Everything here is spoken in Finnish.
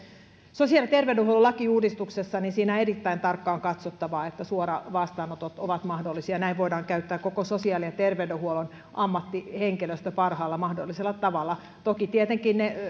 sosiaali ja terveydenhuollon lakiuudistuksessa on erittäin tarkkaan katsottava että suoravastaanotot ovat mahdollisia näin voidaan käyttää koko sosiaali ja terveydenhuollon ammattihenkilöstö parhaalla mahdollisella tavalla tietenkin ne